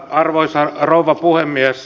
arvoisa rouva puhemies